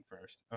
first